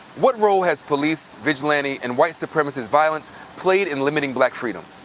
what role has police, vigilante, and white supremacist violence played in limiting black freedom?